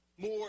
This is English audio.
more